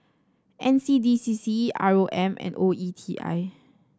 N C D C C R O M and O E T I